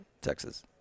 Texas